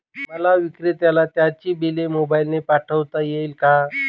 मला विक्रेत्याला त्याचे बिल मोबाईलने पाठवता येईल का?